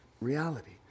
reality